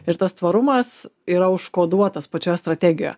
ir tas tvarumas yra užkoduotas pačioje strategijoje